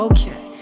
Okay